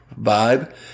vibe